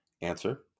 Answer